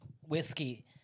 whiskey